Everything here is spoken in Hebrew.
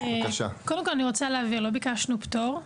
קודם כל, אני רוצה להבהיר: לא ביקשנו פטור,